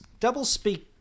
doublespeak